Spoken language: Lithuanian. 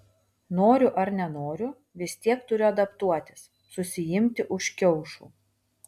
noriu ar nenoriu vis tiek turiu adaptuotis susiimti už kiaušų